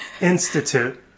institute